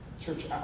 Church